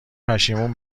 پشیمون